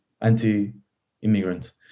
anti-immigrant